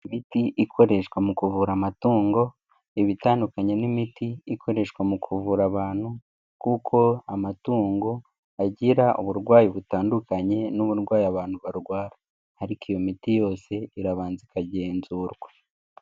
Imiti ikoreshwa mu kuvura amatungo iba itandukanye n'imiti ikoreshwa mu kuvura abantu, kuko amatungo agira uburwayi butandukanye n'uburwayi abantu barwara, ariko iyo miti yose irabanza ikagenzurwa.